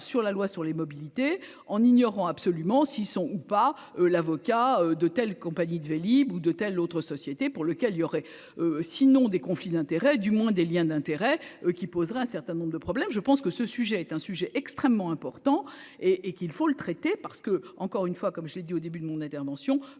sur la loi sur les mobilités en ignorant absolument s'ils sont ou pas, l'avocat de telle compagnie de Vélib ou de telle autre société pour lequel il y aurait, sinon des conflits d'intérêts, du moins des Liens d'intérêts qui posera un certain nombre de problèmes, je pense que ce sujet est un sujet extrêmement important et et qu'il faut le traiter parce que, encore une fois, comme j'ai dit au début de mon intervention,